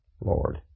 Lord